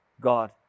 God